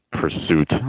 pursuit